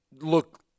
look